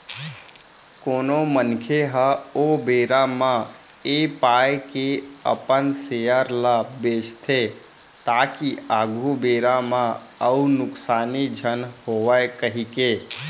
कोनो मनखे ह ओ बेरा म ऐ पाय के अपन सेयर ल बेंचथे ताकि आघु बेरा म अउ नुकसानी झन होवय कहिके